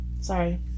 sorry